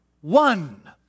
one